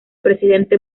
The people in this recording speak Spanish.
presidente